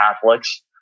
Catholics